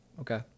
Okay